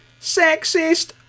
Sexist